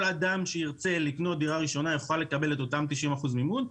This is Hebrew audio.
כל אדם שירצה לקנות דירה ראשונה יוכל לקבל את אותם 90% מימון.